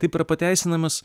taip yra pateisinamas